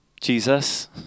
Jesus